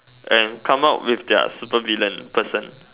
and come up with their super villain person